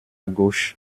gauche